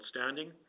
outstanding